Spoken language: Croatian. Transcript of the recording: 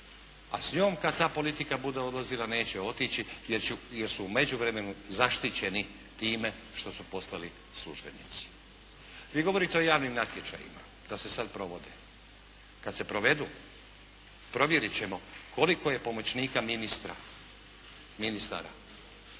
a s njom kada ta politika bude odlazila neće otići jer su u međuvremenu zaštićeni time što su postali službenici. Vi govorite o javnim natječajima da se sada provode. Kada se provedu provjeriti ćemo koliko je pomoćnika ministara